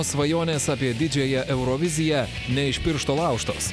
svajonės apie didžiąją euroviziją ne iš piršto laužtos